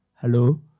Hello